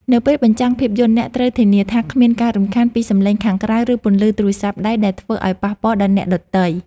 ក្នុងពេលបញ្ចាំងភាពយន្ត អ្នកត្រូវធានាថាគ្មានការរំខានពីសំឡេងខាងក្រៅ ឬពន្លឺទូរស័ព្ទដៃដែលធ្វើឱ្យប៉ះពាល់ដល់អ្នកដទៃ។